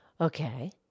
Okay